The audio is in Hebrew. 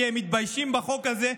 כי הם מתביישים בחוק הזה,